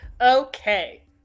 Okay